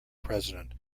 president